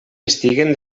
estiguen